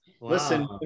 Listen